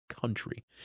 country